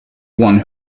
one